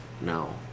No